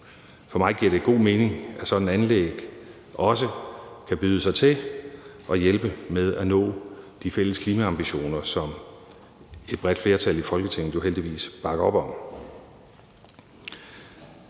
For mig giver det god mening, at sådanne anlæg også kan byde sig til og hjælpe med at nå de fælles klimaambitioner, som et bredt flertal i Folketinget jo heldigvis bakker op om.